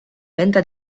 venta